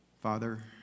Father